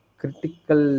critical